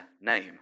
name